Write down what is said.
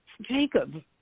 Jacob